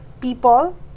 people